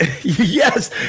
Yes